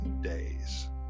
days